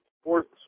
sports